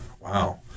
wow